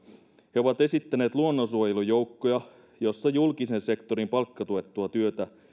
he ovat esittäneet luonnonsuojelujoukkoja joissa julkisen sektorin palkkatuettua työtä